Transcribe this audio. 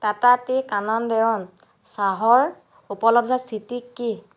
Tata tea Kanan Devan চাহৰ উপলব্ধতাৰ স্থিতি কি